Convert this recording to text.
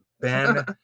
Ben